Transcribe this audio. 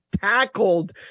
tackled